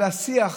אבל השיח